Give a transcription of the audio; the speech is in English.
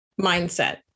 mindset